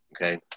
Okay